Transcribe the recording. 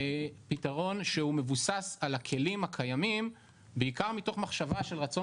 פתרון שהוא מבוסס על הכלים הקיימים בעיקר מתוך מחשבה של רצון